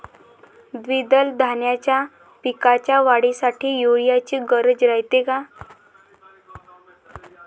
द्विदल धान्याच्या पिकाच्या वाढीसाठी यूरिया ची गरज रायते का?